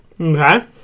Okay